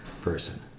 person